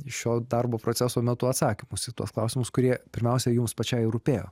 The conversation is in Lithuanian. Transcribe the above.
šio darbo proceso metu atsakymus į tuos klausimus kurie pirmiausia jums pačiai rūpėjo